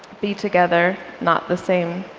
be together, not the same.